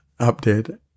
update